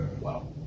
Wow